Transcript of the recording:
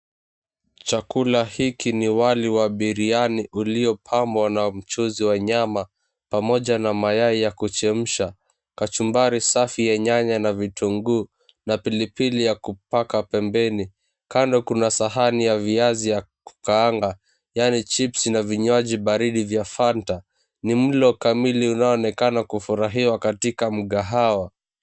Chakula hiki ni wali wa biriani uliopambwa na mchuzi wa nyama pamoja na mayai ya kuchemsha kachumbari safi ya nyanya na vitunguu na pilipili ya kupaka pembeni. Kando kuna sahani ya viazi ya kukaanga yani chipsi na vinywaji baridi vya fanta ni mlo kamili unaonekana kufurahia katika mkahawa.